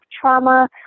trauma